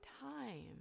time